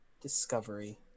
Discovery